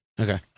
Okay